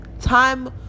time